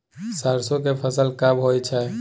सरसो के फसल कब होय छै?